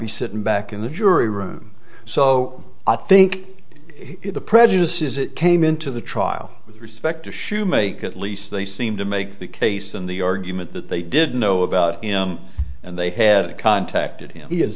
be sitting back in the jury room so i think the prejudice is it came into the trial with respect to shoemaker at least they seem to make the case in the argument that they did know about him and they had contacted him he is